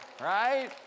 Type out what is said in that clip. Right